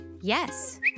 Yes